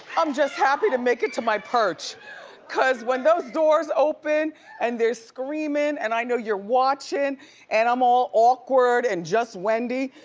i'm just happy to make it to my perch cause when those doors open and they're screamin and i know you're watchin' and i'm all awkward and just wendy,